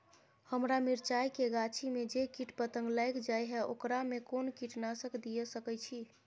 हमरा मिर्चाय के गाछी में जे कीट पतंग लैग जाय है ओकरा में कोन कीटनासक दिय सकै छी?